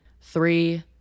three